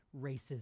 racism